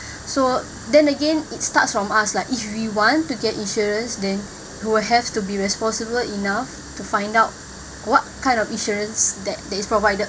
so then again it starts from us like if we want to get insurance then we will have to be responsible enough to find out what kind of insurance that that is provided